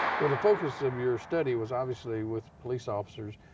well, the focus of your study was obviously with police officers.